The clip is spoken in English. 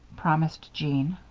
promised jeanne.